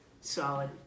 solid